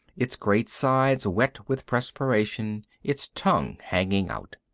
its great sides wet with perspiration, its tongue hanging out.